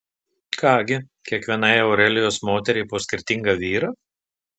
ką gi kiekvienai aurelijos moteriai po skirtingą vyrą